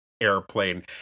airplane